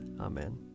Amen